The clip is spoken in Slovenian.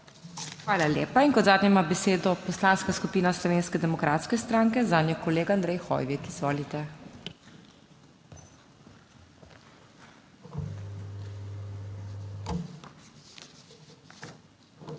Hvala lepa. In kot zadnja ima besedo Poslanska skupina Slovenske demokratske stranke, zanjo kolega Andrej Hoivik. Izvolite. **ANDREJ